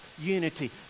unity